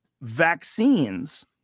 vaccines